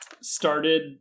started